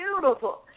beautiful